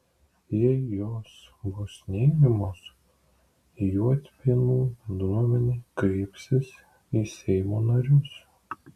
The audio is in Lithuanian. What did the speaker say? jei jos bus neigiamos juodpėnų bendruomenė kreipsis į seimo narius